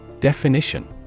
Definition